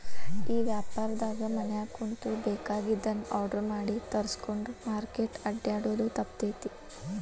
ಈ ವ್ಯಾಪಾರ್ದಾಗ ಮನ್ಯಾಗ ಕುಂತು ಬೆಕಾಗಿದ್ದನ್ನ ಆರ್ಡರ್ ಮಾಡಿ ತರ್ಸ್ಕೊಂಡ್ರ್ ಮಾರ್ಕೆಟ್ ಅಡ್ಡ್ಯಾಡೊದು ತಪ್ತೇತಿ